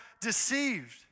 deceived